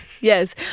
Yes